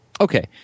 Okay